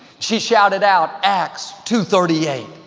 she shouted out acts two thirty eight.